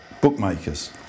bookmakers